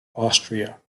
austria